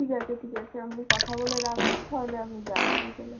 ঠিক আছে ঠিক আছে আপনি কথা বলে রাখবেন তাহলে আমি যাবো বিকেলে